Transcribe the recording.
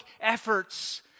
efforts